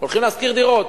הולכים לשכור דירות.